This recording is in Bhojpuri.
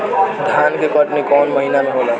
धान के कटनी कौन महीना में होला?